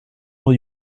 will